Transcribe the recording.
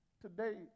Today